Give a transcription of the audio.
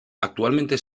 actualmente